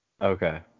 Okay